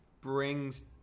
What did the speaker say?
brings